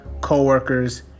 co-workers